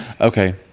okay